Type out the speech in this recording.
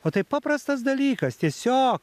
o tai paprastas dalykas tiesiog